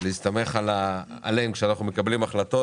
להסתמך עליהם כשאנחנו מקבלים החלטות.